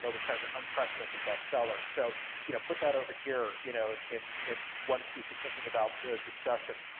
was kind of an unprecedented best seller. so you know put that over here, you know, in in one piece of thinking about the discussion.